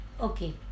okay